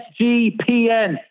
SGPN